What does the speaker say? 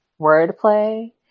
wordplay